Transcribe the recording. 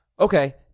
Okay